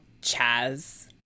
Chaz